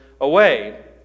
away